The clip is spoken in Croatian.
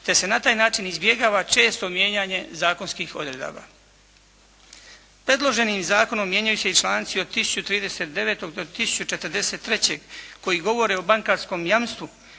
te se na taj način izbjegava često mijenjanje zakonskih odredaba. Predloženim zakonom mijenjaju se i članci od 1039. do 1043. koji govore o bankarskom jamstvu,